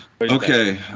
Okay